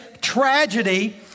tragedy